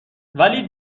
ولی